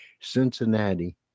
Cincinnati